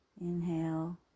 Inhale